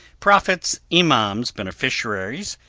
prophets, imaums, beneficiaries,